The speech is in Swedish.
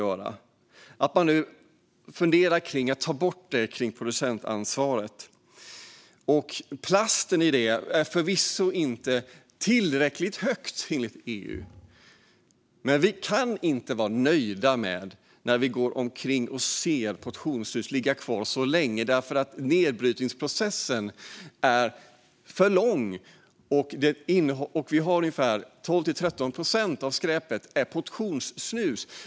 Man funderar nu på att ta bort producentansvaret för det. Plasthalten i det är inte tillräckligt hög, enligt EU. Men vi kan inte vara nöjda när vi går omkring och ser portionssnus ligga kvar så länge. Nedbrytningsprocessen är för lång. Ungefär 12-13 procent av skräpet är portionssnus.